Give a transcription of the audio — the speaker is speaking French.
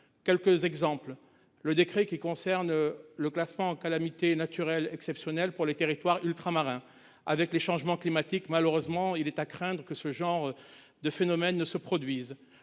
Quelques exemples. Le décret qui concerne. Le classement en calamité naturelle exceptionnelle pour les territoires ultramarins avec les changements climatiques, malheureusement il est à craindre que ce genre de phénomène ne se produise